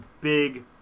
big